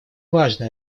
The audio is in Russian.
важно